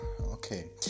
Okay